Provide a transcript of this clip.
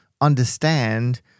understand